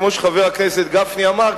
כמו שחבר הכנסת גפני אמר,